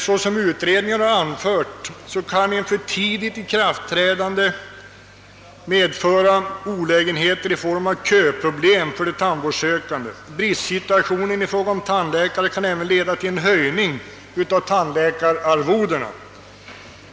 Såsom utredningen anfört kan ett för tidigt ikraftträdande medföra olägenheter i form av köproblem för de tandvårdssökande. Bristsituationen i fråga om tandläkare kan även leda till en höjning av tandläkararvodena.